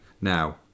Now